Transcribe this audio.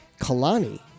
Kalani